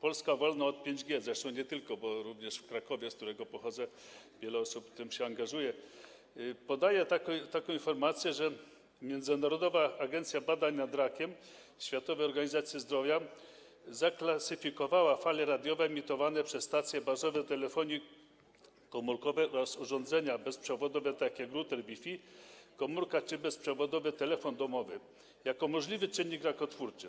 „Polska wolna od 5G” - zresztą nie tylko ona, bo również w Krakowie, z którego pochodzę, wiele osób w to się angażuje - podaje taką informację, że Międzynarodowa Agencja Badań nad Rakiem Światowej Organizacji Zdrowia zaklasyfikowała fale radiowe emitowane przez stacje bazowe telefonii komórkowej oraz urządzenia bezprzewodowe takie jak ruter Wi-Fi, komórka czy bezprzewodowy telefon domowy jako możliwe czynniki rakotwórcze.